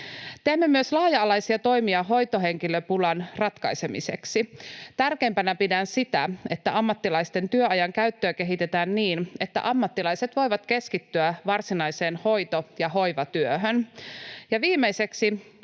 Teemme myös laaja-alaisia toimia hoitohenkilöpulan ratkaisemiseksi. Tärkeimpänä pidän sitä, että ammattilaisten työajankäyttöä kehitetään niin, että ammattilaiset voivat keskittyä varsinaiseen hoito- ja hoivatyöhön. Ja viimeiseksi: